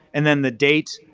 and then the date,